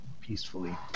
peacefully